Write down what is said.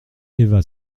eva